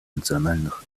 национальных